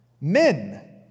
Men